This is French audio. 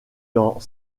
dans